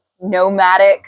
nomadic